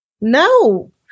No